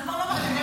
זה כבר לא מרשים.